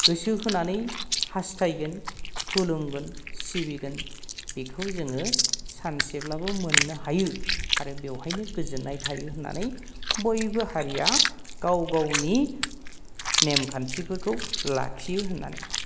गोसो होनानै हास्थायगोन खुलुमगोन सिबिगोन बेखौ जोङो सानसेब्लाबो मोननो हायो आरो बेवहायनो गोजोननाय थायो होननानै बयबो हारिया गाव गावनि नेमखान्थिफोरखौ लाखियो होननानै